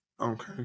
Okay